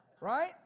Right